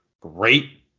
great